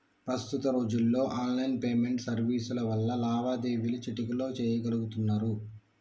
ప్రస్తుత రోజుల్లో online payment సర్వీసుల వల్ల లావాదేవీలు చిటికెలో చెయ్యగలుతున్నరు